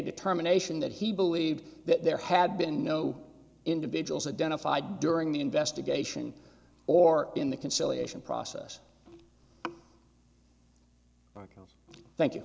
determination that he believed that there had been no individuals identified during the investigation or in the conciliation process no thank you